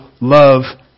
love